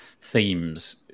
themes